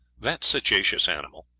that sagacious animal,